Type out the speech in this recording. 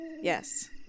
yes